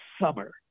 summer